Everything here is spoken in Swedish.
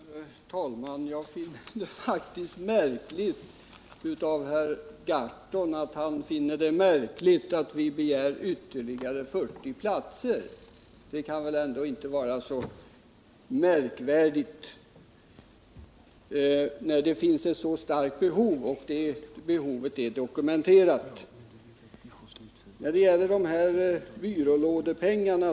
Herr talman! Jag tycker faktiskt det är egendomligt att Per Gahrton finner det märkligt att vi begär ytterligare 40 platser. Att vi gör det kan ju inte vara så märkvärdigt, när det finns ett så starkt behov. Det behovet är dessutom dokumenterat. Per Gahrton gör sig lustig över de här byrålådepengarna.